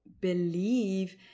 believe